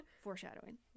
foreshadowing